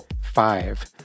five